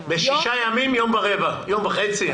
בשישה ימים יום ורבע, יום וחצי.